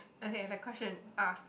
okay the question asked